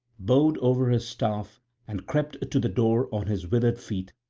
bowed over his staff, and crept to the door on his withered feet,